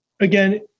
again